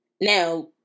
Now